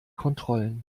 kontrollen